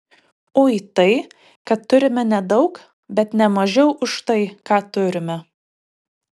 ui tai kad turime nedaug bet ne mažiau už tai ką turime